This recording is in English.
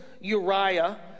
Uriah